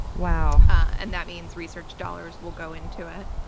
wow. and that means research dollars will go into it,